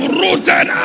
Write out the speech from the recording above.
rooted